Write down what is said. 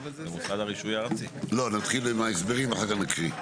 עקרון, ואחר כך נעשה את הניסוח.